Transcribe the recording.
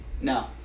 No